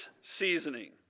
Seasoning